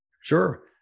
Sure